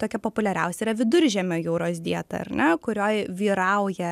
tokia populiariausia yra viduržiemio jūros dieta ar ne kurioj vyrauja